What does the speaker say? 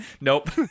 Nope